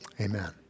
Amen